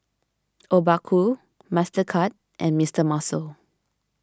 Obaku Mastercard and Mister Muscle